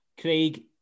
Craig